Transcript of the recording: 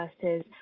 versus